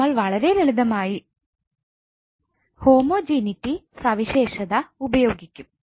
നമ്മൾ വളരെ ലളിതമായി ഹോമോജീനിറ്റി സവിശേഷത ഉപയോഗിക്കും